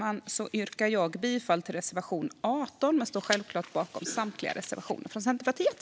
Med det yrkar jag bifall endast till reservation 18, men jag står självklart bakom samtliga reservationer från Centerpartiet.